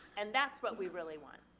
and that's what we really want.